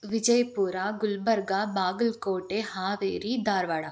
Vijayapura Gulbarga Bagalkot Haveri Dharwad